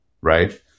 right